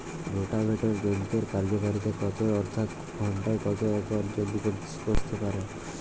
Rotavator যন্ত্রের কার্যকারিতা কত অর্থাৎ ঘণ্টায় কত একর জমি কষতে পারে?